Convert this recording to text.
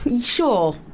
sure